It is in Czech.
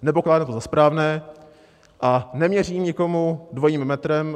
Nepokládám to za správné, a neměřím nikomu dvojím metrem.